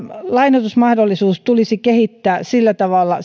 lainoitusmahdollisuutta tulisi kehittää sillä tavalla